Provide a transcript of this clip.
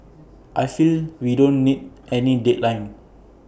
I feel we don't need any deadline